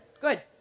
Good